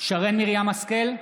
שרן מרים השכל,